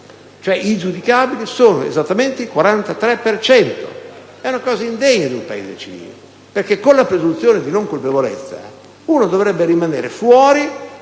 i giudicabili sono esattamente il 43 per cento. È una situazione indegna per un Paese civile, perché con la presunzione di non colpevolezza si dovrebbe rimanere fuori